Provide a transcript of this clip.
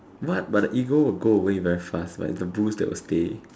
what but the ego will go away very fast like the bruise that will stay